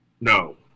No